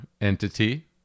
entity